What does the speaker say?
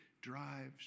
drives